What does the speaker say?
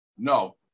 No